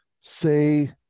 say